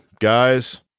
guys